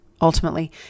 Ultimately